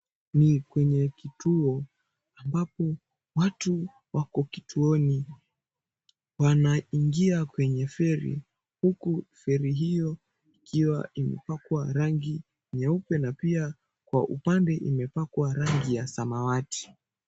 Ni kwenye kituo, ambapo watu wako kituoni wanaingia kwenye feri , huku feri hiyo ikiwa imepakwa rangi nyeupe na pia kwa upande imepakwa rangi ya samawati.